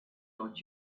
taught